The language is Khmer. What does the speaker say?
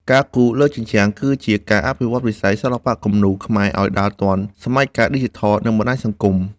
ការគូរលើជញ្ជាំងគឺជាការអភិវឌ្ឍវិស័យសិល្បៈគំនូរខ្មែរឱ្យដើរទាន់សម័យកាលឌីជីថល និងបណ្ដាញសង្គម។